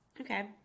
Okay